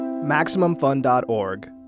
MaximumFun.org